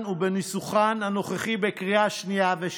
ובניסוחן הנוכחי בקריאה שנייה ושלישית.